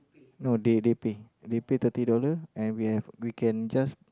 no they they paid they paid thirty dollars and we have we can just